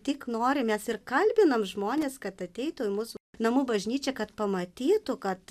tik nori mes ir kalbinam žmones kad ateitų į mūsų namų bažnyčią kad pamatytų kad